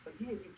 Again